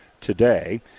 today